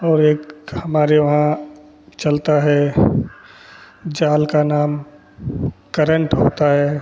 और एक हमारे वहाँ चलता है जाल का नाम करंट होता है